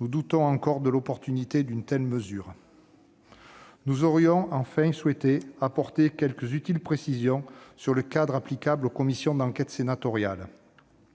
Nous doutons encore de l'opportunité d'une telle mesure. Nous aurions enfin souhaité apporter quelques utiles précisions sur le cadre applicable aux commissions d'enquête sénatoriales.